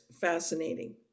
fascinating